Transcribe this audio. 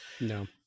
no